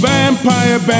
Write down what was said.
Vampire